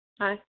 Hi